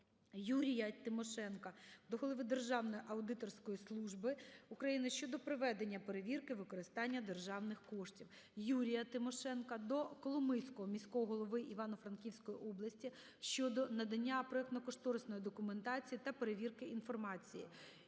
ЮріяТимошенка до Голови Державної аудиторської служби України щодо проведення перевірки використання державних коштів. ЮріяТимошенка до Коломийського міського голови Івано-Франківської області щодо надання проектно-кошторисної документації та перевірки інформації.